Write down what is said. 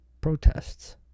protests